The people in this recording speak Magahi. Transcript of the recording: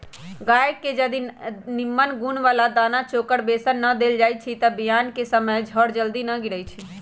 गाय के जदी निम्मन गुण बला दना चोकर बेसन न देल जाइ छइ तऽ बियान कें समय जर जल्दी न गिरइ छइ